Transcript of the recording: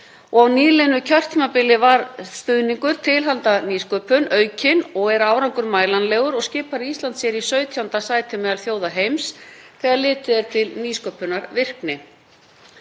nýliðnu kjörtímabili var stuðningur til handa nýsköpun aukinn og er árangurinn mælanlegur og skipar Ísland sér í 17. sæti meðal þjóða heims þegar litið er til nýsköpunarvirkni.